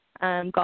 golf